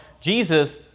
Jesus